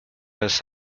los